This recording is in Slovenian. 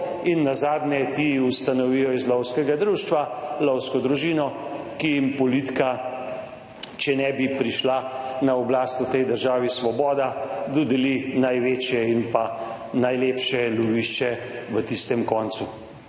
in nazadnje ti ustanovijo iz lovskega društva lovsko družino, ki jim politika, če ne bi prišla na oblast v tej državi Svoboda, dodeli največje in pa najlepše lovišče v tistem koncu.